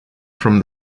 from